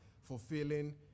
fulfilling